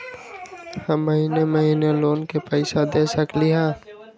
हम महिने महिने लोन के पैसा दे सकली ह?